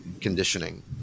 conditioning